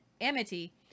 amity